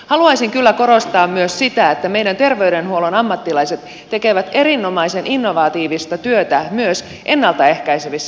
haluaisin kyllä korostaa myös sitä että meidän terveydenhuollon ammattilaiset tekevät erinomaisen innovatiivista työtä myös ennalta ehkäisevissä toimissa